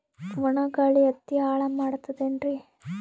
ಒಣಾ ಗಾಳಿ ಹತ್ತಿ ಹಾಳ ಮಾಡತದೇನ್ರಿ?